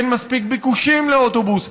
אין מספיק ביקושים לאוטובוס,